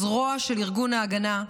הזרוע של ארגון ההגנה,